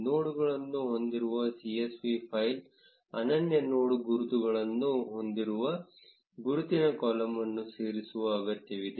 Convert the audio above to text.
ನೋಡ್ಗಳನ್ನು ಹೊಂದಿರುವ csv file ಅನನ್ಯ ನೋಡ್ ಗುರುತುಗಳನ್ನು ಹೊಂದಿರುವ ಗುರುತಿನ ಕಾಲಮ್ ಅನ್ನು ಸೇರಿಸುವ ಅಗತ್ಯವಿದೆ